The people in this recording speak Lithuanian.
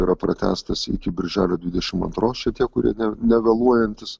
yra pratęstas iki birželio dvidešimt antros čia tie kurie ne negaluojantys